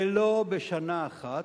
ולא בשנה אחת,